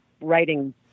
writing